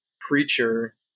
preacher